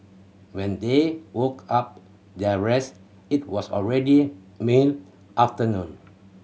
when they woke up their rest it was already mid afternoon